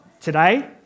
today